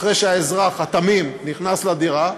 אחרי שהאזרח התמים נכנס לדירה,